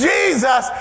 Jesus